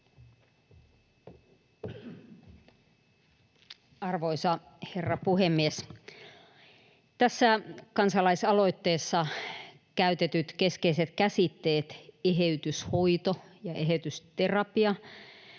Arvoisa herra puhemies! Tässä kansalaisaloitteessa käytetyt keskeiset käsitteet ”eheytyshoito” ja ”eheytysterapia”